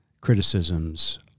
criticisms